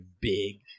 big